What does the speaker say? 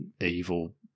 evil